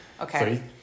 Okay